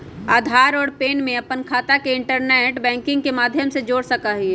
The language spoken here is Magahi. आधार और पैन के अपन खाता से इंटरनेट बैंकिंग के माध्यम से जोड़ सका हियी